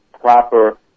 proper